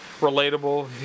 relatable